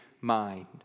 mind